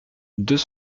deux